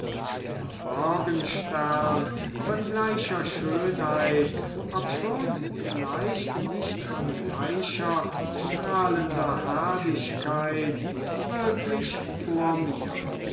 der morgenstern von gleicher schönheit obschon vielleicht nicht von gleicher strahlender herrlichkeit wirklich vor mir